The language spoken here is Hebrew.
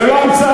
זו לא המצאה.